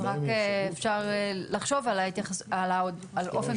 אז רק אפשר לחשוב על אופן משלוח ההודעה.